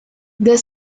the